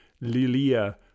lilia